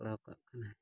ᱠᱚᱨᱟᱣ ᱠᱟᱜ ᱠᱟᱱᱟᱭ